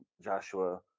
Joshua